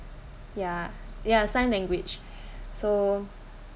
yeah ya sign language so